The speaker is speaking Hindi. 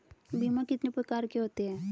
बीमा कितने प्रकार के होते हैं?